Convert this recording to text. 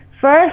first